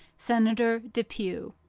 senator depew